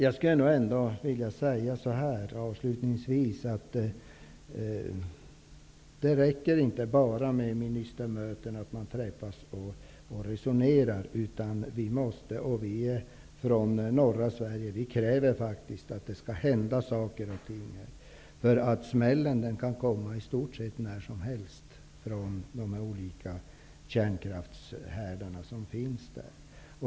Jag vill avslutningsvis säga att det inte räcker med ministermöten och att man träffas och resonerar. Vi från norra Sverige kräver att det skall hända saker och ting. Smällen kan komma i stort sett när som helst från de olika kärnkraftshärdar som finns där.